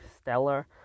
stellar